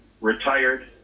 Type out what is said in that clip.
retired